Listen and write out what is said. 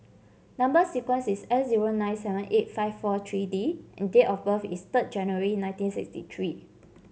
number sequence is S zero nine seven eight five four three D and date of birth is third January nineteen sixty three